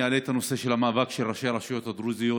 אני אעלה את הנושא של המאבק של ראשי הרשויות הדרוזיות